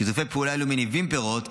שיתופי פעולה אלו מניבים פירות,